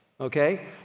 Okay